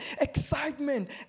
excitement